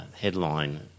Headline